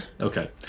okay